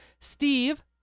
Steve